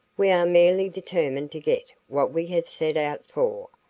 we are merely determined to get what we have set out for,